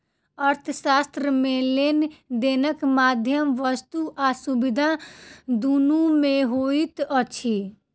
अर्थशास्त्र मे लेन देनक माध्यम वस्तु आ सुविधा दुनू मे होइत अछि